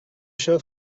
chien